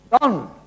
done